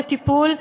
לטיפול,